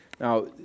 Now